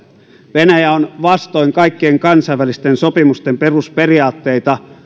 venäjä on vastoin kaikkien kansainvälisten sopimusten perusperiaatteita